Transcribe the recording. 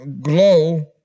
glow